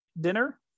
dinner